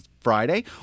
friday